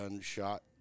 shot